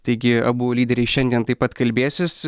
taigi abu lyderiai šiandien taip pat kalbėsis